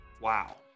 wow